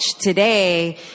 Today